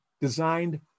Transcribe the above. designed